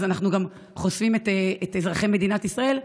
אז אנחנו גם חושפים את אזרחי מדינת ישראל.